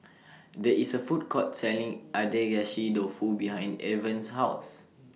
There IS A Food Court Selling Agedashi Dofu behind Irven's House